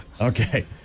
Okay